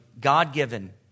God-given